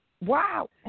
Wow